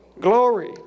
glory